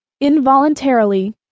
Involuntarily